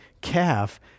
calf